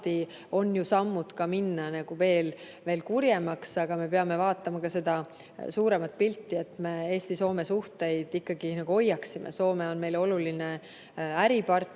teha samme ja minna veel kurjemaks, aga me peame vaatama ka suuremat pilti, nii et me Eesti-Soome suhteid ikkagi hoiaksime. Soome on meile oluline äripartner